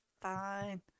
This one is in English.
fine